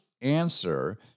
answer